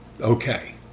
okay